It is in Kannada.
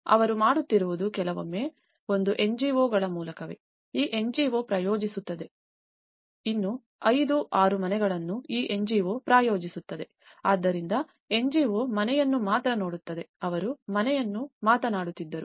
ಅವರು ಮಾಡುತ್ತಿರುವುದು ಕೆಲವೊಮ್ಮೆ ಒಂದು NGO ಗಳ ಮೂಲಕವೇ ಈ NGO ಪ್ರಾಯೋಜಿಸುತ್ತದೆ ಇನ್ನೂ 5 6 ಮನೆಗಳನ್ನು ಈ NGO ಪ್ರಾಯೋಜಿಸುತ್ತದೆ ಆದ್ದರಿಂದ NGO ಮನೆಯನ್ನು ಮಾತ್ರ ನೋಡುತ್ತದೆ ಅವರು ಮನೆಯನ್ನು ಮಾತನಾಡುತ್ತಿದ್ದರು